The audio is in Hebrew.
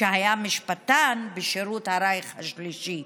שהיה משפטן בשירות הרייך השלישי.